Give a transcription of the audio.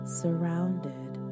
surrounded